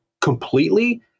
completely